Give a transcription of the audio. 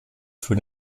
für